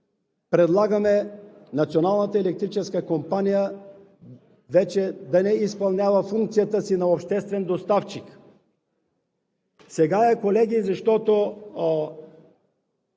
предлагаме Националната електрическа компания вече да не изпълнява функцията си на обществен доставчик. Сега е, колеги, защото